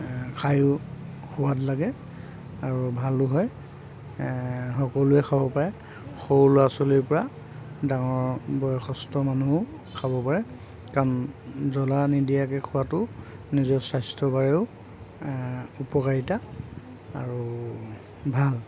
খায়ো সোৱাদ লাগে আৰু ভালো হয় সকলোৱে খাব পাৰে সৰু ল'ৰা ছোৱালী পৰা ডাঙৰ বয়সস্থ মানুহো খাব পাৰে কাৰণ জলা নিদিয়াকৈ খোৱাটো নিজৰ স্বাস্থ্য বাবেও উপকাৰীতা আৰু ভাল